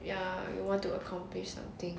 ya you want to accomplish something